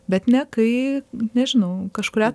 bet ne kai nežinau kažkurią